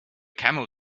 camel